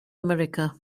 america